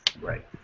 Right